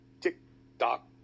tick-tock